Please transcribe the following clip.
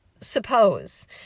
suppose